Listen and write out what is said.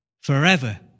forever